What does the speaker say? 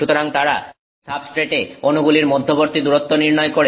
সুতরাং তারা সাবস্ট্রেটে অনুগুলির মধ্যবর্তী দূরত্ব নির্ণয় করে